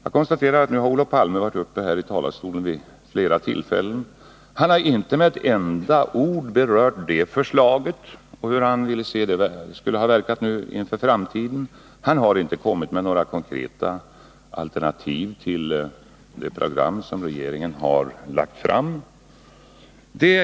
Jag konstaterar att Olof Palme i dag har varit uppe i talarstolen vid flera tillfällen men inte med ett enda ord har berört förslaget om importdepositioner — hur det skulle ha verkat nu och inför framtiden. Han har inte kommit med några konkreta alternativ till det program som regeringen har lagt fram.